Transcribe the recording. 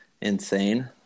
insane